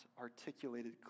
articulated